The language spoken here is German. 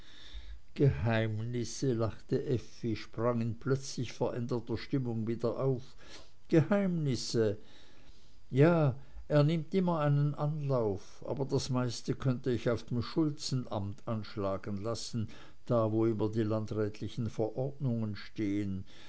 geheimnisse lachte effi und sprang in plötzlich veränderter stimmung wieder auf geheimnisse ja er nimmt immer einen anlauf aber das meiste könnte ich auf dem schulzenamt anschlagen lassen da wo immer die landrätlichen verordnungen stehen